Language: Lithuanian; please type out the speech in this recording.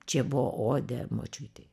čia buvo odė močiutei